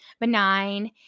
benign